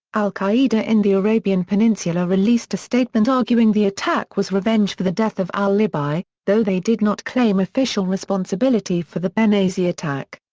al-qaeda in the arabian peninsula released a statement arguing the attack was revenge for the death of al-libi, though they did not claim official responsibility for the benghazi attack.